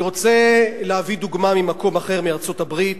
אני רוצה להביא דוגמה ממקום אחר, מארצות-הברית.